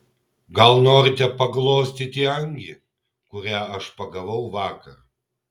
gal norite paglostyti angį kurią aš pagavau vakar